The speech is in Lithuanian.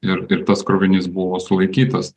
ir ir tas krovinys buvo sulaikytas